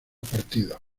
partidos